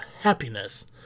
happiness